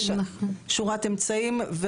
יש שורת אמצעים.